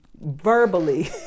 verbally